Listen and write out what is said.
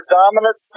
dominant